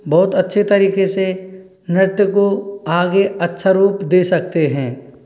बहुत अच्छे तरीके से नृत्य को आगे अच्छा रूप दे सकते हैं